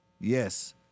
Yes